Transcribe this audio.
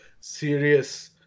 serious